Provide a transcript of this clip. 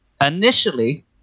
Initially